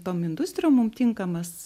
tom industrijom mum tinkamas